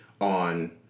on